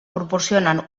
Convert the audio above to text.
proporcionen